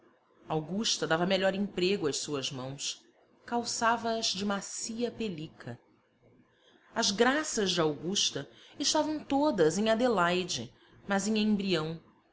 augusta dava melhor emprego às suas mãos calçava as de macia pelica as graças de augusta estavam todas em adelaide mas em embrião